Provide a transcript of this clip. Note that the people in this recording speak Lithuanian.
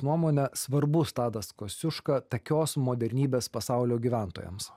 nuomone svarbus tadas kosciuška takios modernybės pasaulio gyventojams